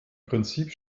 prinzip